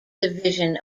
division